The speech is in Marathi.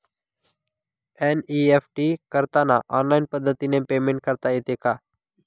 एन.ई.एफ.टी करताना ऑनलाईन पद्धतीने पेमेंट करता येते का?